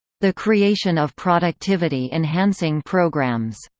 the creation of productivity enhancing programs.